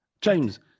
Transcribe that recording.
James